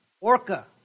Orca